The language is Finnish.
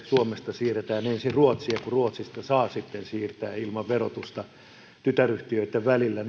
suomesta siirretään ensin ruotsiin ja ruotsista saa sitten siirtää ilman verotusta tytäryhtiöitten välillä